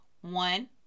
One